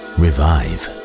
revive